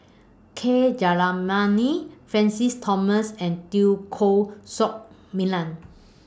K Jayamani Francis Thomas and Teo Koh Sock Miang